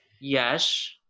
yes